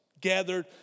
gathered